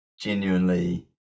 genuinely